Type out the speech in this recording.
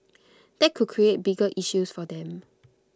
that could create bigger issues for them